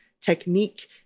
technique